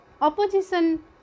opposition